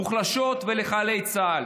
מוחלשות ולחיילי צה"ל.